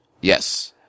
Yes